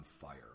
fire